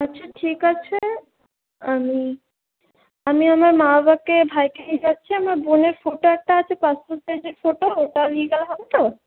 আচ্ছা ঠিক আছে আমি আমি আমার মা বাবাকে ভাইকে নিয়ে যাচ্ছি আমার বোনের ফটো একটা আছে পাসপোর্ট সাইজের ফটো ওটা নিয়ে গেলে হবে তো